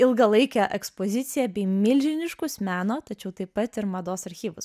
ilgalaikę ekspoziciją bei milžiniškus meno tačiau taip pat ir mados archyvus